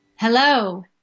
Hello